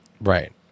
Right